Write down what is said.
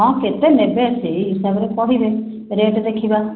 ହଁ କେତେ ନେବେ ସେଇ ହିସାବରେ କହିବେ ରେଟ୍ ଦେଖିବା